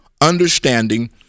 understanding